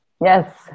Yes